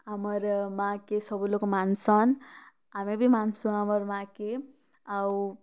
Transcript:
ଆମର୍ ମାଁକେ ସବୁ ଲୋକ୍ ମାନସନ୍ ଆମେ ବି ମାନ୍ସୁ ଆମର୍ ମାଁକେ ଆଉ